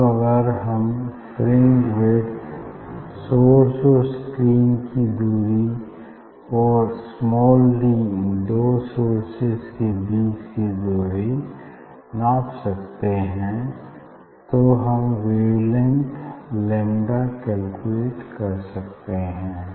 अब अगर हम फ्रिंज विड्थ सोर्स और स्क्रीन की दूरी और स्माल डी दो सोर्सेज के बीच की दूरी नाप सकते हैं तो हम वेवलेंथ लैम्डा कैलकुलेट कर सकते हैं